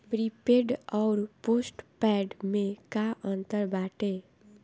Prepaid अउर postpaid में का अंतर बाटे?